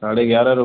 साढ़े ग्यारह रूपये